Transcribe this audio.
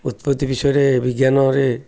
ଉତ୍ପତ୍ତି ବିଷୟରେ ବିଜ୍ଞାନରେ